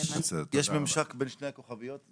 יש ממשק בין שתי הכוכביות?